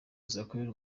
zuckerberg